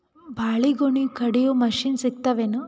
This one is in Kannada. ಬಾಳಿಗೊನಿ ಕಡಿಯು ಮಷಿನ್ ಸಿಗತವೇನು?